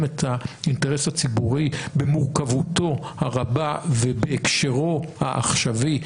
את האינטרס הציבורי במורכבותו הרבה ובהקשרו העכשווי